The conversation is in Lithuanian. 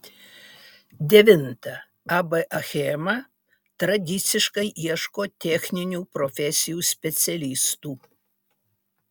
devinta ab achema tradiciškai ieško techninių profesijų specialistų